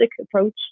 approach